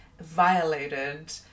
violated